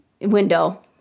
window